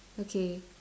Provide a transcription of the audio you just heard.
okay